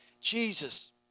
Jesus